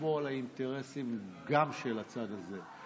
לשמור גם על האינטרסים של הצד הזה,